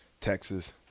Texas